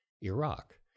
Iraq